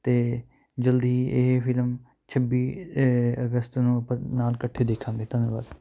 ਅਤੇ ਜਲਦੀ ਹੀ ਇਹ ਫਿਲਮ ਛੱਬੀ ਅਗਸਤ ਨੂੰ ਆਪਾਂ ਨਾਲ ਇਕੱਠੇ ਦੇਖਾਂਗੇ ਧੰਨਵਾਦ